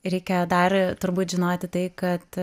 reikėjo dar turbūt žinote kad